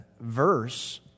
verse